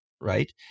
right